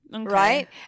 Right